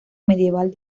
medieval